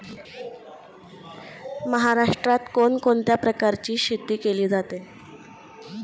महाराष्ट्रात कोण कोणत्या प्रकारची शेती केली जाते?